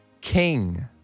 King